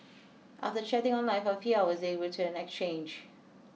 after chatting online for a few hours they return exchange